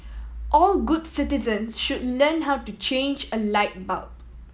all good citizen should learn how to change a light bulb